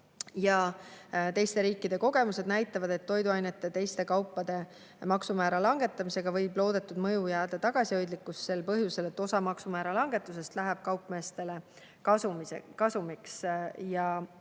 Ja teiste riikide kogemused näitavad, et toiduainete ja teiste kaupade maksumäära langetamise loodetud mõju võib jääda tagasihoidlikuks sel põhjusel, et osa maksumäära langetusest läheb kaupmeestele kasumiks. Ka